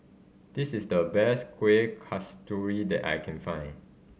this is the best Kueh Kasturi that I can find